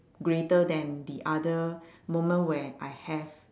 greater than the other moment where I have